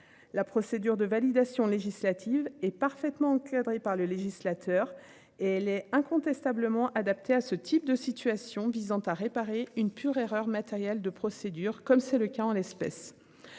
la procédure de validation législative est parfaitement encadré par le législateur et elle est incontestablement adapté à ce type de situation visant à réparer une pure erreur matérielle de procédure, comme c'est le cas en l'espèce.